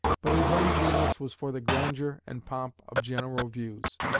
but his own genius was for the grandeur and pomp of general views.